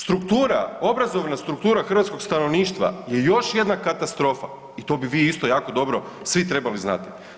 Struktura, obrazovna struktura hrvatskog stanovništva je još jedna katastrofa i to bi vi isto jako dobro svi trebali znati.